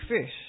fish